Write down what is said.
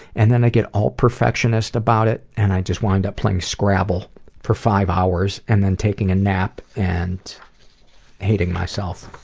and then i get all perfectionist about it, and i just wind up playing scrabble for five hours and then taking a nap and hating myself.